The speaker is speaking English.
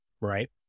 right